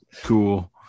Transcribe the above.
cool